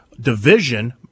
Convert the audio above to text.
division